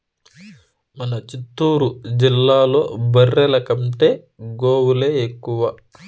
మన చిత్తూరు జిల్లాలో బర్రెల కంటే గోవులే ఎక్కువ